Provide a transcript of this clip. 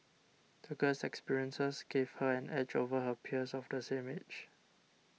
the girl's experiences gave her an edge over her peers of the same age